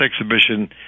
exhibition